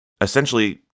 Essentially